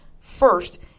First